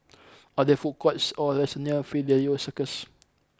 are there food courts or restaurants near Fidelio Circus